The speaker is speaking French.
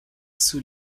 sous